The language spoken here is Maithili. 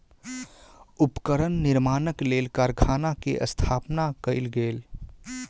उपकरण निर्माणक लेल कारखाना के स्थापना कयल गेल